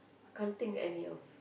can't think any of